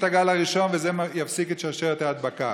הפסיקה את הגל הראשון ותפסיק את שרשרת ההדבקה.